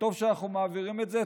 טוב שאנחנו מעבירים את זה.